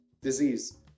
Disease